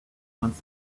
ones